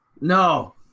No